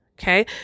Okay